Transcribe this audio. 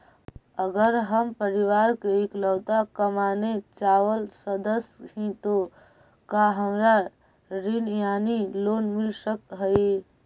अगर हम परिवार के इकलौता कमाने चावल सदस्य ही तो का हमरा ऋण यानी लोन मिल सक हई?